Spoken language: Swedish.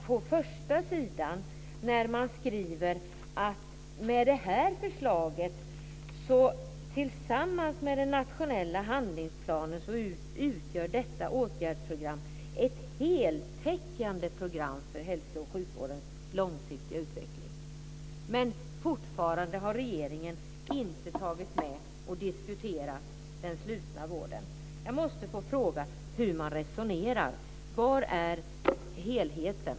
På första sidan skriver man att detta förslag tillsammans med denna nationella handlingsplan utgör ett heltäckande program för hälso och sjukvårdens långsiktiga utveckling. Men fortfarande har regeringen inte diskuterat den slutna vården. Jag måste få fråga hur man resonerar. Var är helheten?